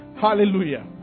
Hallelujah